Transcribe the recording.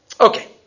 Okay